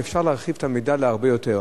אפשר להרחיב את המידע הרבה יותר.